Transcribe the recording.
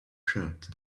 shirt